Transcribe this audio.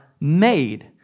made